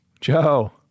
Joe